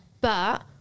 But-